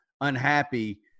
unhappy